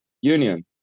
Union